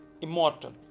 immortal